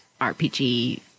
RPG